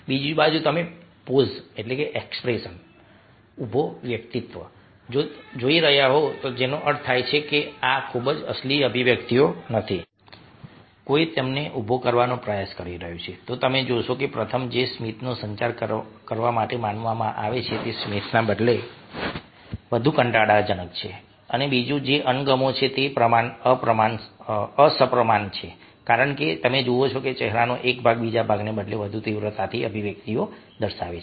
બીજી બાજુ જો તમે પોઝ્ડ એક્સપ્રેશનઉભો અભિવ્યક્તિ જોઈ રહ્યાં છો જેનો અર્થ એ છે કે આ અસલી અભિવ્યક્તિઓ નથી કોઈ તેમને ઉભો કરવાનો પ્રયાસ કરી રહ્યું છે તો તમે જોશો કે પ્રથમ જે સ્મિતનો સંચાર કરવા માટે માનવામાં આવે છે તે સ્મિતને બદલે વધુ કંટાળાજનક છે અને બીજું જે અણગમો છે તે અસમપ્રમાણ છે કારણ કે તમે જુઓ છો કે ચહેરાનો એક ભાગ બીજા ભાગને બદલે વધુ તીવ્રતાથી અભિવ્યક્તિઓ દર્શાવે છે